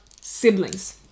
siblings